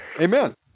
amen